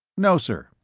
no, sir,